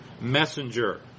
messenger